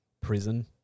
prison